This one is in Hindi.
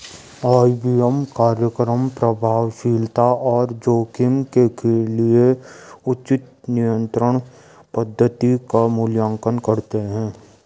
आई.पी.एम कार्यक्रम प्रभावशीलता और जोखिम के लिए उचित नियंत्रण पद्धति का मूल्यांकन करते हैं